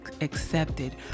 accepted